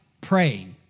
praying